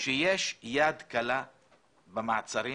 שיש יד קלה במעצרים